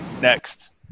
next